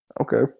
Okay